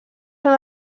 són